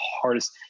hardest